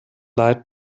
light